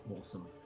Awesome